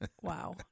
Wow